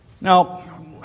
Now